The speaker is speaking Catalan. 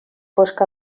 fosc